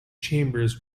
chambers